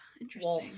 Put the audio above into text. interesting